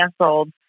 canceled